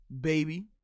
Baby